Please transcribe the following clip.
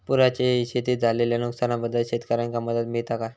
पुराच्यायेळी शेतीत झालेल्या नुकसनाबद्दल शेतकऱ्यांका मदत मिळता काय?